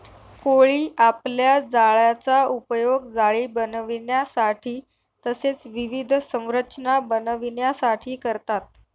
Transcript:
कोळी आपल्या जाळ्याचा उपयोग जाळी बनविण्यासाठी तसेच विविध संरचना बनविण्यासाठी करतात